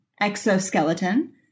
exoskeleton